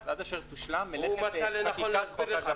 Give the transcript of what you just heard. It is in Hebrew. עד אשר תושלם מלאכת חקיקת חוק הגפ"מ.